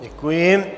Děkuji.